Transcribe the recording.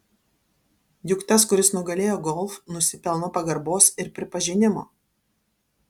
juk tas kuris nugalėjo golf nusipelno pagarbos ir pripažinimo